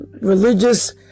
religious